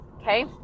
okay